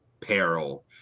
peril